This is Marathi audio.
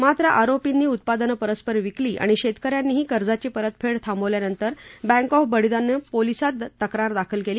मात्र आरोपींनी उत्पादनं परस्पर विकली आणि शस्किऱ्यांनीही कर्जाची परतफंड थांबवल्यानंतर बँक ऑफ बडोदानं पोलिसात तक्रार दाखल कल्ली